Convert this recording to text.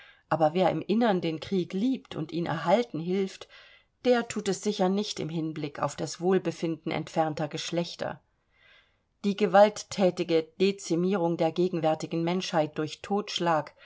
aber wer im innern den krieg liebt und ihn erhalten hilft der thut es sicher nicht im hinblick auf das wohlbefinden entfernter geschlechter die gewaltthätige dezimierung der gegenwärtigen menschheit durch totschlag